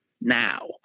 now